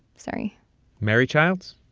sorry mary childs,